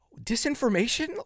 disinformation